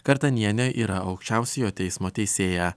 kartanienė yra aukščiausiojo teismo teisėja